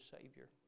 Savior